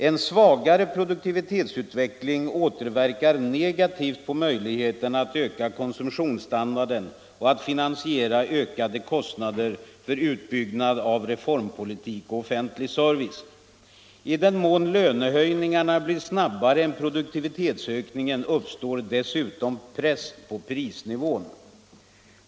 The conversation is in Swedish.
En svagare produktivitetsutveckling återverkar negativt på möjligheter att öka konsumtionsstandarden och finansiera ökade kostnader för utbyggnad av reformpolitik och offentlig service. I den mån lönehöjningarna blir snabbare än produktivitetsökningen uppstår dessutom en press uppåt på prisnivån.